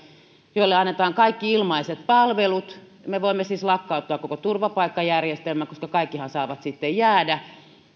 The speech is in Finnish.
joille annetaan kaikki ilmaiset palvelut me voimme siis lakkauttaa koko turvapaikkajärjestelmän koska kaikkihan saavat sitten jäädä